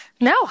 No